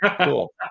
cool